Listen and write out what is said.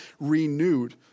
renewed